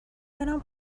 برم